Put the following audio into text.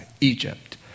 Egypt